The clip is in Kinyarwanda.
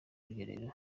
rugerero